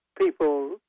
people